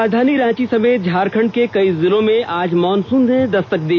राजधानी रांची समेत झारखंड के कई जिलों में आज मॉनसून ने दस्तक दी